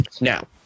now